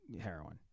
heroin